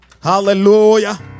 Hallelujah